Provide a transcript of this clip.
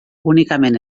únicament